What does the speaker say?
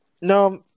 No